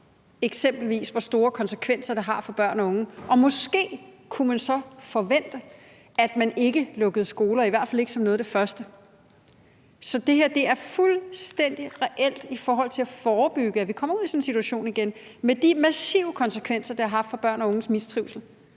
ved vi, hvor store konsekvenser det eksempelvis har for børn og unge. Måske kunne man så forvente, at man ikke lukkede skoler, i hvert fald ikke som noget af det første. Så det her er fuldstændig reelt i forhold til at forebygge, at vi kommer ud i sådan en situation igen med de massive konsekvenser, det har haft i forhold til børn og unges mistrivsel,